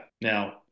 Now